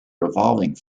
revolving